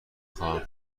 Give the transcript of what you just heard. خواهم